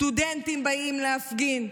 סטודנטים באים להפגין,